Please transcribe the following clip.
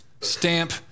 stamp